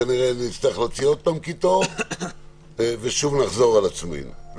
כנראה נצטרך להוציא עוד פעם קיטור ושוב נחזור על עצמנו.